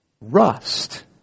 Rust